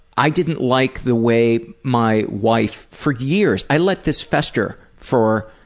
i didn't like the way my wife for years i let this fester, for